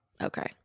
Okay